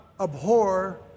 abhor